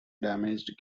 damaged